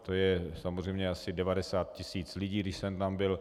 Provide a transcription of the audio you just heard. To je samozřejmě asi 90 tis. lidí, když jsem tam byl.